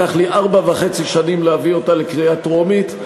לקח לי ארבע שנים וחצי להביא אותה לקריאה טרומית,